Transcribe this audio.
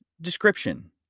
description